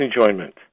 enjoyment